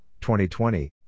2020